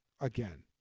Again